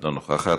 לא נוכחת.